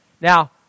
Now